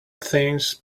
things